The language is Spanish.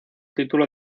título